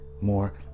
more